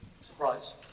Surprise